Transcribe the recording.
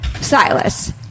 Silas